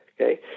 okay